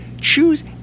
Choose